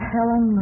Helen